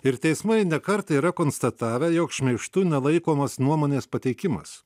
ir teismai ne kartą yra konstatavę jog šmeižtu nelaikomas nuomonės pateikimas